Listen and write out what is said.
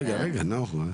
רגע רגע נאור תן לה לענות.